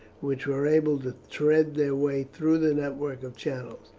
which were able to thread their way through the network of channels.